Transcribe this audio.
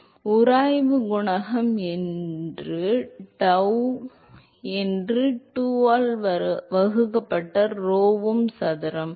எனவே உராய்வு குணகம் என்று டவு என்று 2 ஆல் வகுக்கப்பட்ட rho um சதுரம்